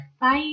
Bye